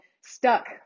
stuck